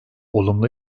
olumlu